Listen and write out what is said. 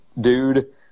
dude